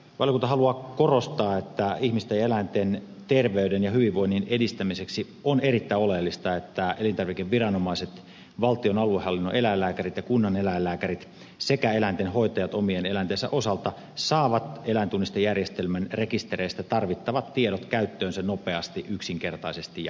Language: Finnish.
valiokunta haluaa korostaa että ihmisten ja eläinten terveyden ja hyvinvoinnin edistämiseksi on erittäin oleellista että elintarvikeviranomaiset valtion aluehallinnon eläinlääkärit ja kunnan eläinlääkärit sekä eläinten hoitajat omien eläintensä osalta saavat eläintunnistejärjestelmän rekistereistä tarvittavat tiedot käyttöönsä nopeasti yksinkertaisesti ja helposti